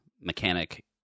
mechanic